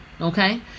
Okay